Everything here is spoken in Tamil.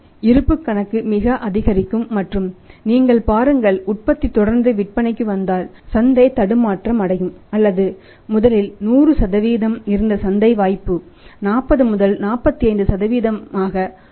இதனால் இருப்புக் கணக்கு மிக அதிகரிக்கும் மற்றும் நீங்க பாருங்க உற்பத்தி தொடர்ந்து விற்பனைக்கு வந்தாள் சந்தை தடுமாற்றம் அடையும் அல்லது முதலில் 100 இருந்த சந்தை வாய்ப்பு 40 45 ஆக குறையும்